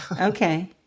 Okay